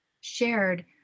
shared